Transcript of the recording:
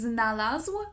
Znalazł